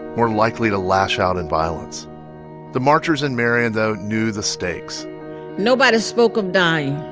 more likely to lash out in violence the marchers in marion, though, knew the stakes nobody spoke of dying.